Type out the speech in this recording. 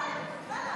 בחייך,